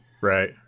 right